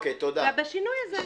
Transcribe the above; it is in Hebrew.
ובשינוי הזה.